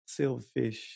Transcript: silverfish